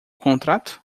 contrato